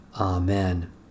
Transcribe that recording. Amen